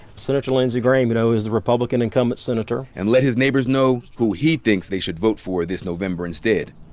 senator lindsey graham, you know, is the republican incumbent senator. and let his neighbors know who he thinks they should vote for this november instead,